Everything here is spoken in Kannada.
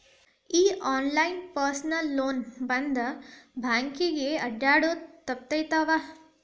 ಈ ಆನ್ಲೈನ್ ಪರ್ಸನಲ್ ಲೋನ್ ಬಂದ್ ಬ್ಯಾಂಕಿಗೆ ಅಡ್ಡ್ಯಾಡುದ ತಪ್ಪಿತವ್ವಾ